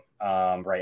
right